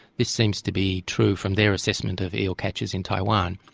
this seems to be true from their assessment of eel catches in taiwan.